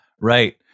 right